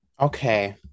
Okay